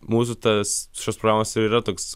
mūsų tas šios programos ir yra toks